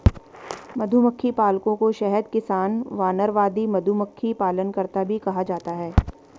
मधुमक्खी पालकों को शहद किसान, वानरवादी, मधुमक्खी पालनकर्ता भी कहा जाता है